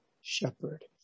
shepherd